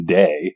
day